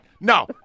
No